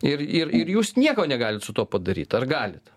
ir ir ir jūs nieko negalit su tuo padaryt ar galit